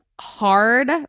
hard